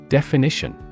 Definition